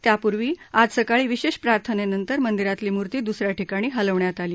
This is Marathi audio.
त्यापूर्वी आज सकाळी विशेष प्रार्थनंनेतर मंदिरातली मूर्ती दुस या ठिकाणी हलवण्यात आली